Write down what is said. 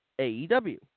AEW